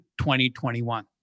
2021